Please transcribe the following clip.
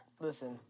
Listen